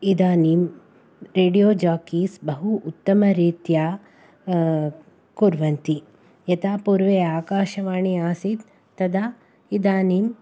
इदानीं radio jockeys बहु उत्तमरीत्या कुर्वन्ति यथा पूर्वे आकाशवाणी आसीत् तदा इदानीम्